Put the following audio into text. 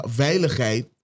veiligheid